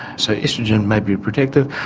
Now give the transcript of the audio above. so oestrogen may be protective,